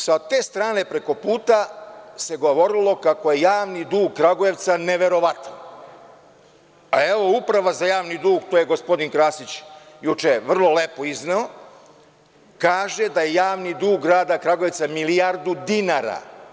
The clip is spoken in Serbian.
Sa te strane preko puta se govorilo kako je javni dug Kragujevca neverovatan, a evo Uprava za javni dug, to je gospodin Krasić juče vrlo lepo izneo, kaže da je javni dug grada Kragujevca milijardu dinara.